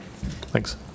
Thanks